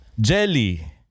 Jelly